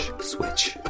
switch